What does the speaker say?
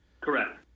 Correct